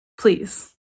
Please